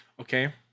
okay